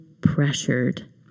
pressured